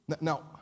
Now